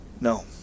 No